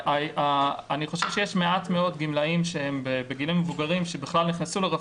אני חושב שיש מעט מאוד גמלאים שהם בגילים מבוגרים ובכלל נכנסו לרפורמה.